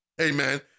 amen